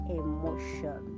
emotion